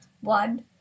one